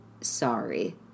sorry